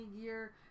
gear